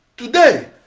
today,